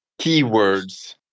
keywords